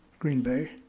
green bay.